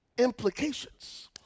implications